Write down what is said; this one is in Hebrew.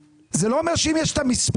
זה לא אומר שאם יש את המספר,